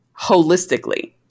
holistically